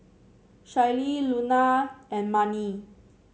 Shaylee Luna and Marni